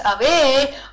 away